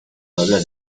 pueblo